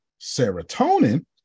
Serotonin